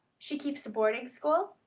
she keeps a boarding-school?